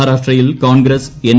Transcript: മഹാരാഷ്ട്രയിൽ കോൺഗ്രസ്സ് എൻ